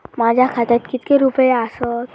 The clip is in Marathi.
माझ्या खात्यात कितके रुपये आसत?